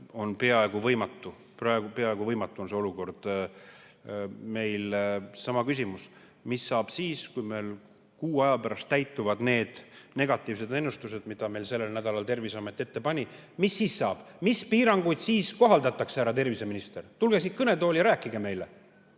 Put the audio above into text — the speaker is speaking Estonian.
on peaaegu võimatu. Praeguses olukorras on see peaaegu võimatu. Meil on sama küsimus. Mis saab siis, kui meil kuu aja pärast täituvad need negatiivsed ennustused, mida meile sellel nädalal Terviseamet ette pani? Mis siis saab? Mis piiranguid siis kohaldatakse, härra terviseminister? Tulge kõnetooli ja rääkige meile.